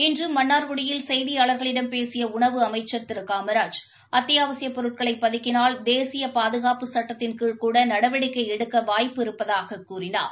இன்று மன்னார்குடியில் செய்தியாளர்களிடம் பேசிய உணவு அமைச்ச் திரு காமராஜ் அத்தியாவசியப் பொருட்களை பதுக்கினால் தேசிய பாதுகாப்புச் சுட்டத்தின்கீழ்கூட நடவடிக்கை எடுக்க வாய்ப்பு இருப்பதாகக் கூறினார்